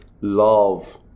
love